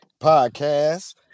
Podcast